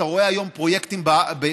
אתה רואה היום פרויקטים בארץ,